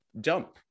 jump